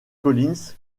collins